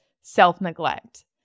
self-neglect